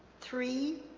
three